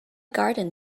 garden